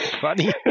funny